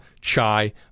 chai